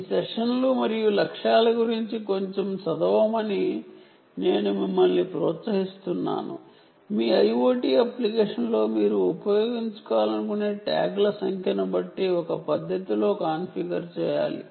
ఈ సెషన్లు మరియు లక్ష్యాల గురించి కొంచెం చదవమని నేను మిమ్మల్ని ప్రోత్సహిస్తున్నాను మీ IoT అప్లికేషన్లో మీరు ఉపయోగించాలనుకునే ట్యాగ్ల సంఖ్యను బట్టి ఒక పద్ధతిలో కాన్ఫిగర్ చేయాలి